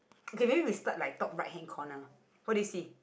okay maybe we start like top right hand corner what do you see